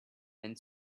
and